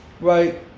Right